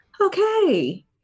okay